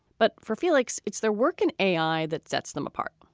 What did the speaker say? but for felix, it's their work in a i. that sets them apart.